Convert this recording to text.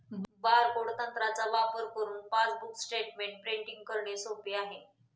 barcode तंत्राचा वापर करुन पासबुक स्टेटमेंट प्रिंटिंग करणे सोप आहे